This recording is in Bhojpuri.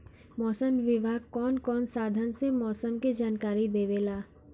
मौसम विभाग कौन कौने साधन से मोसम के जानकारी देवेला?